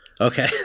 Okay